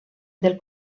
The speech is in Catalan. del